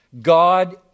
God